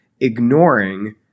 ignoring